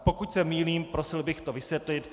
Pokud se mýlím, prosil bych to vysvětlit.